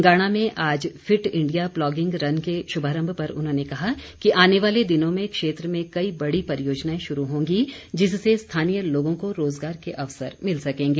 बंगाणा में आज fit India plogging run के शुभारम्भ पर उन्होंने कहा कि आने वाले दिनों में क्षेत्र में कई बड़ी परियोजनाएं शुरू होंगी जिससे स्थानीय लोगों को रोज़गार के अवसर मिल सकेंगे